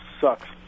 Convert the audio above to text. sucks